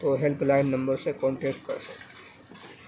تو helpline number سے contact کرسکتی ہیں